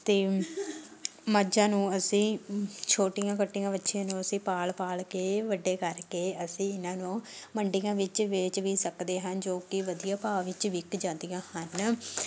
ਅਤੇ ਮੱਝਾਂ ਨੂੰ ਅਸੀਂ ਛੋਟੀਆਂ ਕੱਟੀਆਂ ਵੱਛੀਆਂ ਨੂੰ ਅਸੀਂ ਪਾਲ਼ ਪਾਲ਼ ਕੇ ਵੱਡੇ ਕਰਕੇ ਅਸੀਂ ਇਹਨਾਂ ਨੂੰ ਮੰਡੀਆਂ ਵਿੱਚ ਵੇਚ ਵੀ ਸਕਦੇ ਹਨ ਜੋ ਕਿ ਵਧੀਆ ਭਾਅ ਵਿੱਚ ਵਿਕ ਜਾਂਦੀਆਂ ਹਨ